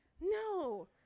No